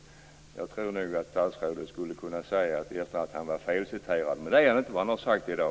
Jag tror att statsrådet skulle kunna säga att han var felciterad. Men det är han inte - han har ju sagt det i dag.